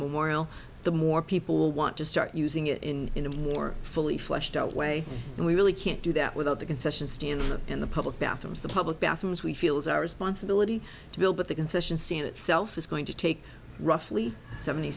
move moral the more people will want to start using it in in a more fully fleshed out way and we really can't do that without the concession stand in the public bathrooms the public bathrooms we feel is our responsibility to build but the concession scene itself is going to take roughly seventy